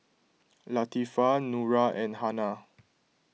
Latifa Nura and Hana